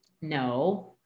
no